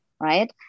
right